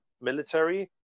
military